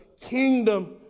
kingdom